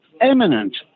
eminent